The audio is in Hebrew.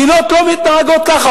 מדינות לא מתנהגות ככה,